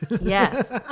Yes